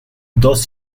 dos